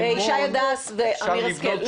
ישי הדס ואמיר השכל.